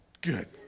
good